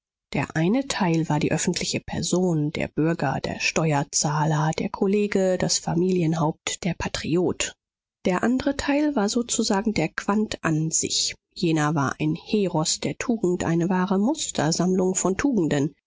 der eine teil war die öffentliche person der bürger der steuerzahler der kollege das familienhaupt der patriot der andre teil war sozusagen der quandt an sich jener war ein heros der tugend eine wahre mustersammlung von tugenden